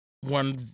one